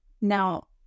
now